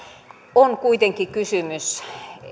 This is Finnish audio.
on kuitenkin kysymys